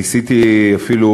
ניסיתי אפילו,